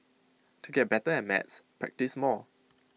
to get better at maths practise more